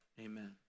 amen